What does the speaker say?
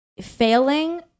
failing